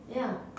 ya